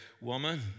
woman